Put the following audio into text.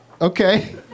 Okay